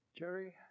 Jerry